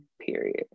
period